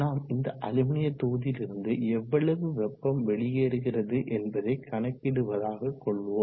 நாம் இந்த அலுமினிய தொகுதியிலிருந்து எவ்வளவு வெப்பம் வெளியேறுகிறது என்பதை கணக்கிடுவதாக கொள்வோம்